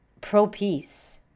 pro-peace